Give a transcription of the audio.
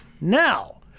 Now